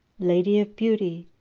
lady of beauty,